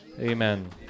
Amen